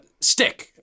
stick